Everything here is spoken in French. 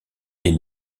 est